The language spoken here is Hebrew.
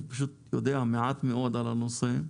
אני יודע מעט מאוד על הנושא.